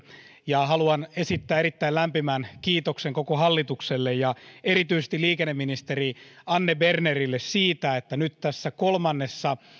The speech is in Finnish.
ja haluan esittää erittäin lämpimän kiitoksen koko hallitukselle ja erityisesti liikenneministeri anne bernerille siitä että nyt tässä kolmannessa